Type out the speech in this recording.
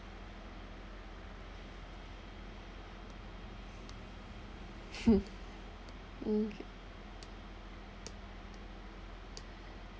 okay